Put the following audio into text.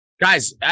Guys